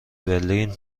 برلین